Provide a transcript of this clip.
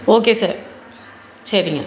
okay sir சரிங்க